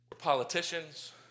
Politicians